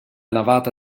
navata